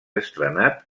estrenat